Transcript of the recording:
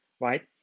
right